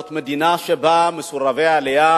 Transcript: זאת מדינה שבה מסורבי עלייה,